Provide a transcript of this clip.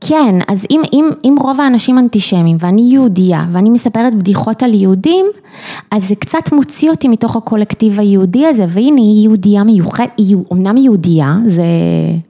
כן, אז אם אם רוב האנשים אנטישמיים ואני יהודיה ואני מספרת בדיחות על יהודים אז זה קצת מוציא אותי מתוך הקולקטיב היהודי הזה והנה היא יהודיה מיוחדת, אומנם היא יהודיה זה